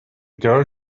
girl